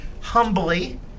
humbly